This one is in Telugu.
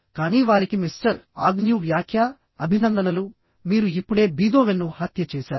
కానీ వారికి మిస్టర్ ఆగ్న్యూ వ్యాఖ్య అభినందనలు మీరు ఇప్పుడే బీథోవెన్ను హత్య చేసారు